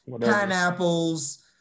pineapples